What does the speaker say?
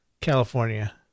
California